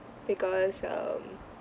because um